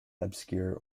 obscure